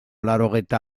laurogeita